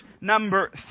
number